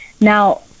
Now